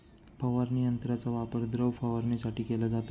फवारणी यंत्राचा वापर द्रव फवारणीसाठी केला जातो